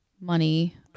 money